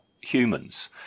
humans